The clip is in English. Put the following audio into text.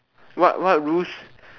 what what rules